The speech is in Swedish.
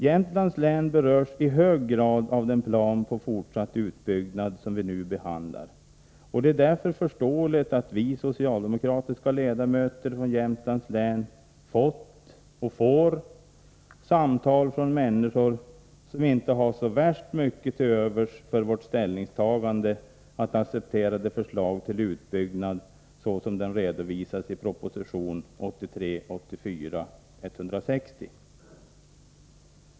Jämtlands län berörs i hög grad av den plan för fortsatt utbyggnad som vi nu behandlar, och det är därför förståeligt att vi socialdemokratiska ledamöter från Jämtlands län fått, och får, samtal från människor som inte har så värst mycket till övers för vårt ställningstagande att acceptera det förslag till utbyggnad som redovisas i proposition 1983/84:160.